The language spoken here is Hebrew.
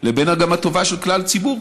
לבין הטובה של כלל הציבור,